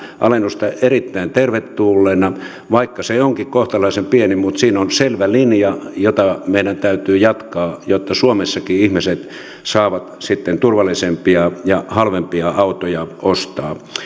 alennusta erittäin tervetulleena vaikka se onkin kohtalaisen pieni siinä on selvä linja jota meidän täytyy jatkaa jotta suomessakin ihmiset saavat sitten turvallisempia ja halvempia autoja ostaa